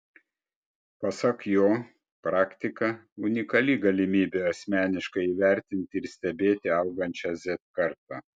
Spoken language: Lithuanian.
pasak jo praktika unikali galimybė asmeniškai įvertinti ir stebėti augančią z kartą